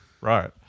right